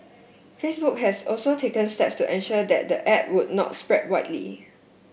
Facebook has also taken step to ensure that the app would not spread widely